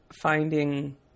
finding